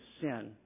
sin